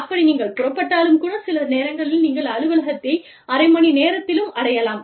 அப்படி நீங்கள் புறப்பட்டாலும் கூட சில நேரங்களில் நீங்கள் அலுவலகத்தை அரை மணி நேரத்திலும் அடையலாம்